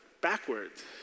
backwards